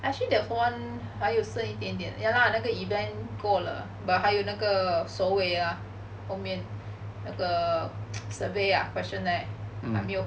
orh actually that [one] 还有剩一点点 ya lah 那个 event 过了 but 还有那个收尾后面那个 survey ah question like but 没有